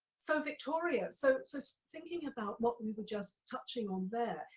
so, victoria, so thinking about what we were just touching on there,